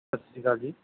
ਸਤਿ ਸ਼੍ਰੀ ਅਕਾਲ ਜੀ